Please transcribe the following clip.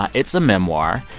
ah it's a memoir.